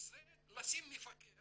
זה לשים מפקח